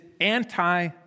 anti